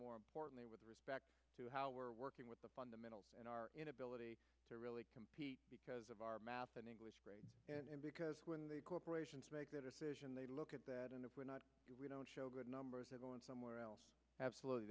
more importantly with respect to how we are working with the fundamentals in our inability to really compete because of our math and english and because when the corporations make that decision they look at that and if we're not we don't show good numbers have gone somewhere else absolutely